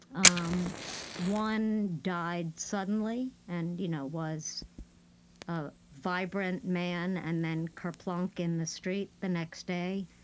um one died suddenly and you know was a vibrant man and then, kerplunk, in the street the next day.